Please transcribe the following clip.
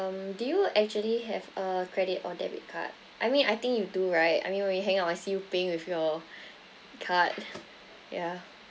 um do you actually have a credit or debit card I mean I think you do right I mean we hang our I see paying with your card yeah